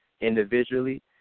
individually